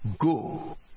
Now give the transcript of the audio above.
go